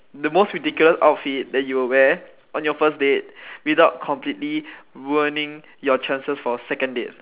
the most ridiculous outfit that you would wear on your first date without completely ruining your chances for a second date